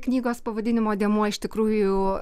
knygos pavadinimo dėmuo iš tikrųjų